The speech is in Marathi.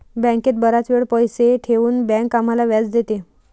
बँकेत बराच वेळ पैसे ठेवून बँक आम्हाला व्याज देते